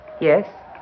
Yes